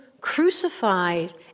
crucified